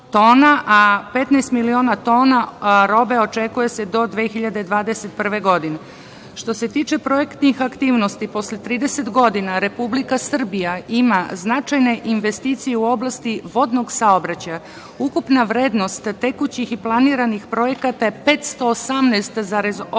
a 15.000.000 tona robe očekuje se do 2021. godine. Što se tiče projektnih aktivnosti, posle 30 godina Republika Srbija ima značajne investicije u oblasti vodnog saobraćaja. Ukupna vrednost tekućih i planiranih projekata je 518,8 miliona